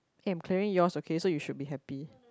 eh I'm clearing yours okay so you should be happy